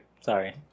Sorry